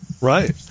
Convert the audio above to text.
Right